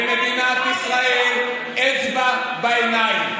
ולמדינת ישראל אצבע בעיניים.